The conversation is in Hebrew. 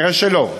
נראה שלא.